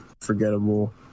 forgettable